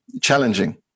challenging